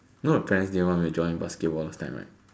no you know my parents want me to join basketball last time right